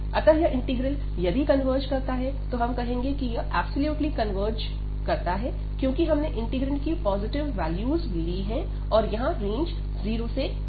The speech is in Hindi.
अतः यह इंटीग्रल यदि कन्वर्ज करता है तो हम कहेंगे कि यह ऐब्सोल्युटली कन्वर्ज करता है क्योंकि हमने इंटीग्रैंड की पॉजिटिव वैल्यूज ली है और यहां रेंज 0 से है